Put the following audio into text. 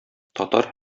татар